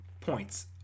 points